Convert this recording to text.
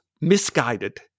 misguided